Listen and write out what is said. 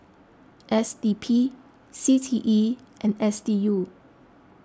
S D P C T E and S D U